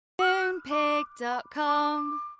Moonpig.com